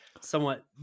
somewhat